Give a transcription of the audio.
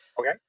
okay